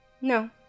No